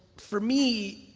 for me,